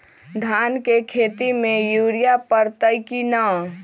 धान के खेती में यूरिया परतइ कि न?